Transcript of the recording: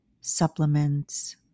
supplements